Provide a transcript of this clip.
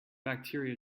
bacteria